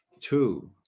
two